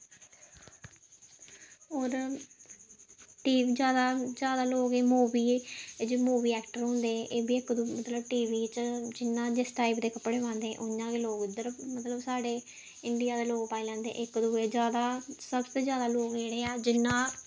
होर टी जादा जादा लोगक एह् मूवी जेह्ड़े मूवी ऐक्टर होंदे एह् बी इक दूए मतलब टी वी च जियां जिस टाईप दे कपड़े पांदे उ'आं गै लोक इद्धर मतलब साढ़े इंडिया दे लोक पाई लैंदे इक दूए जादा सब से जादा लोक जेह्ड़े ऐ जियां